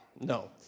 No